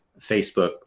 Facebook